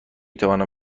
توانم